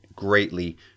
greatly